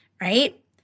right